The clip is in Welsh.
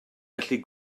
gallu